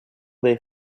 they